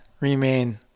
remain